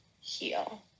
heal